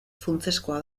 funtsezkoa